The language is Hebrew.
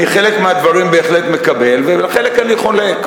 אני חלק מהדברים בהחלט מקבל ועל חלק אני חולק.